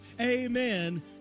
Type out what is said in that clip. Amen